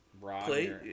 plate